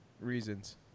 Reasons